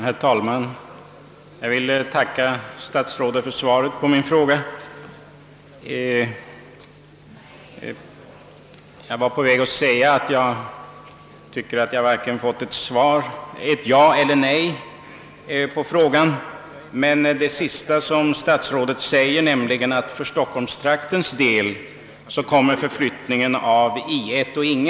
Herr talman! Jag ber att få tacka försvarsministern för svaret på min fråga. Jag var på väg att konstatera att svaret varken är ja eller nej, men det sista som statsrådet sade: »För stockholmstraktens del kommer förflyttningen av I 1 och Ing.